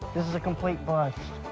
this is a complete bust.